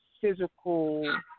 physical